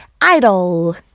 IDOL